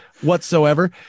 whatsoever